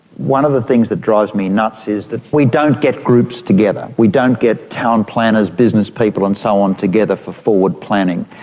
one of the things that drives me nuts is that we don't get groups together, we don't get town planners, businesspeople and so on together for forward planning.